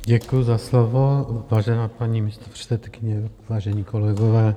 Děkuju za slovo, vážená paní místopředsedkyně, vážení kolegové.